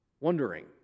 wondering